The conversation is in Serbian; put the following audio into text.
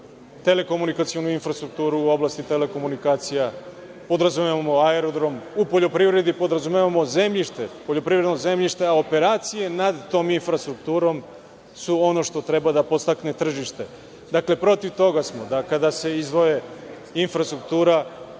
telekomunikacionu infrastrukturu u oblasti telekomunikacija, podrazumevamo aerodrom, u poljoprivredi podrazumevamo poljoprivredno zemljište, a operacije nad tom infrastrukturom su ono što treba da podstakne tržište. Dakle, protiv toga smo da kada se izdvoje infrastruktura,